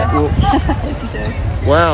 wow